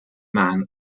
man